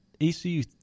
ECU